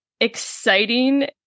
exciting